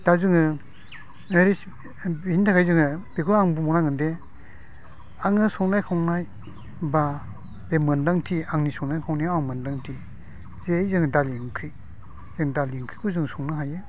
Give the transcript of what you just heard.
दा जोङो बे बिनि थाखाय जोङो बेखौ आं बुंनांगोनदि आङो संनाय खावनाय बा बे मोनदांथि आंनि संनाय खावनायाव आं मोनदांथि जे जों दालि ओंख्रि दालि ओंख्रिखौ जों संनो हायो